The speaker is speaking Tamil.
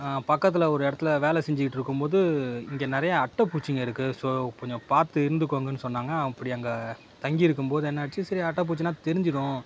பக்கத்தில் ஒரு இடத்துல வேலை செஞ்சுக்கிட்ருக்கும் போது இங்கே நிறைய அட்டைப்பூச்சிங்க இருக்குது ஸோ கொஞ்சம் பார்த்து இருந்துக்கோங்கன்னு சொன்னாங்க அப்படி அங்கே தங்கியிருக்கும் போது என்ன ஆச்சு சரி அட்டைப்பூச்சின தெரிஞ்சுடும்